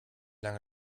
lange